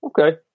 Okay